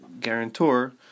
guarantor